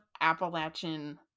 Appalachian